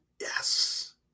Yes